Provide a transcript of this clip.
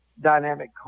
dynamic